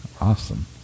Awesome